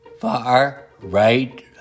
far-right